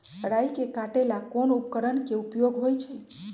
राई के काटे ला कोंन उपकरण के उपयोग होइ छई?